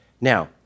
Now